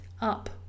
up